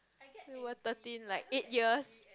we were thirteen like eight years